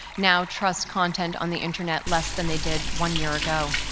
now trust content on the internet less than they did one year ago.